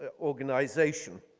ah organization.